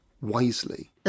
wisely